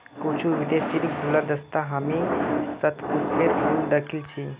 कुछू विदेशीर गुलदस्तात हामी शतपुष्पेर फूल दखिल छि